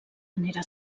manera